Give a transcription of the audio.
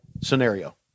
scenario